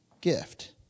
gift